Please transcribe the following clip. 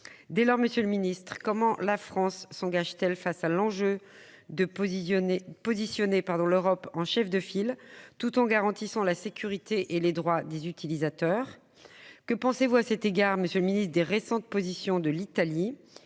Dès lors, monsieur le ministre, comment la France s'engage-t-elle pour ériger l'Europe en chef de file, tout en garantissant la sécurité et les droits des utilisateurs ? Que pensez-vous à cet égard des récentes positions de l'Italie ?